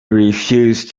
refused